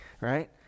right